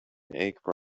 chicken